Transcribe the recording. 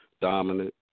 dominant